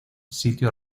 sitio